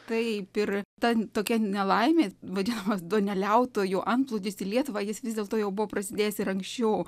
taip ir ta tokia nelaimė vadinamas duoneliautojų antplūdis į lietuvą jis vis dėlto jau buvo prasidėjęs ir anksčiau